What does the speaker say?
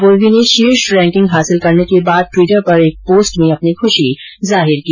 अपूर्वी ने शोर्ष रैकिंग हासिल करने के बाद ट्विटर पर एक पोस्ट में अपनी खुशी जाहिर की